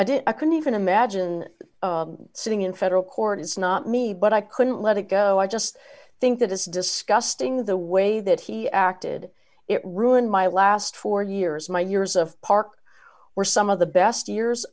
i did it i couldn't even imagine sitting in federal court is not me but i couldn't let it go i just think that is disgusting the way that he acted it ruined my last four years my years of park were some of the best years